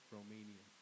Romania